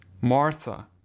Martha